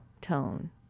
tone